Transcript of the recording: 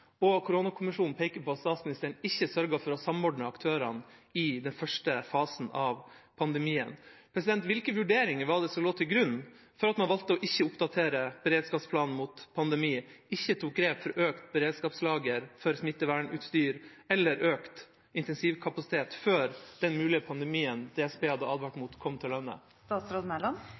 Og koronakommisjonen peker på at statsministeren ikke sørget for å samordne aktørene i den første fasen av pandemien. Hvilke vurderinger var det som lå til grunn for at man valgte å ikke oppdatere beredskapsplanen for pandemi, ikke tok grep for økt beredskapslager for smittevernutstyr, eller for økt intensivkapasitet før den mulige pandemien DSB hadde advart mot, kom til